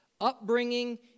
upbringing